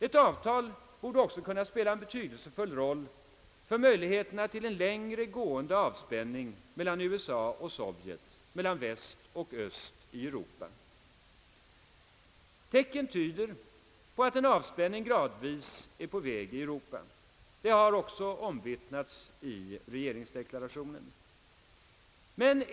Ett avtal borde också kunna spela en betydelsefull roll för möjligheterna till en längre gående avspänning mellan USA och Sovjet, mellan öst och väst i Europa. Tecken tyder på att en avspänning gradvis är på väg i Europa — det har också omvittnats i regeringsdeklarationen.